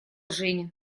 женя